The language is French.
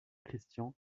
christian